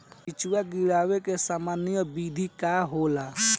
बिचड़ा गिरावे के सामान्य विधि का होला?